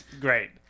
Great